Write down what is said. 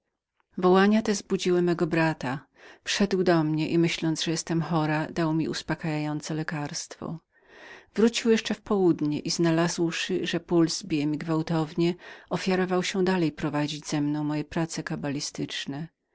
wołania te zbudziły mego brata wszedł do mnie i myśląc że byłam chorą dał mi uspokojające lekarstwo wrócił jeszcze w południu i znalazłszy że puls bił mi gwałtownie ofiarował się dalej za mnie prowadzić moje prace kabalistyczne